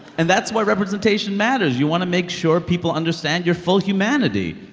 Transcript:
and that's why representation matters. you want to make sure people understand your full humanity.